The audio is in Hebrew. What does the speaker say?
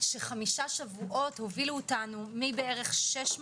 שחמישה שבועות הובילו אותנו מכ-600